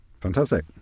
fantastic